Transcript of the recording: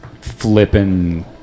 flipping